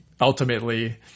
Ultimately